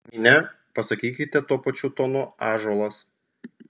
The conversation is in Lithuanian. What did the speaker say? jei ne pasakykite tuo pačiu tonu ąžuolas